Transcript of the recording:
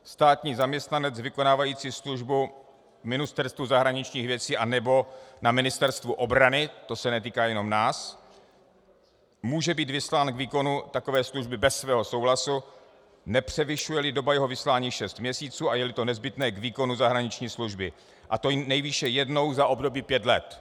Státní zaměstnanec vykonávající službu na Ministerstvu zahraničních věcí nebo na Ministerstvu obrany to se netýká jenom nás může být vyslán k výkonu takové služby bez svého souhlasu, nepřevyšujeli doba jeho vyslání šest měsíců a jeli to nezbytné k výkonu zahraniční služby, a to nejvýše jednou za období pěti let.